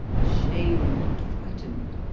ashamed and frightened,